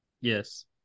Yes